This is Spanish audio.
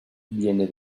viene